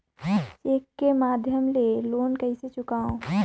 Cheque के माध्यम ले लोन कइसे चुकांव?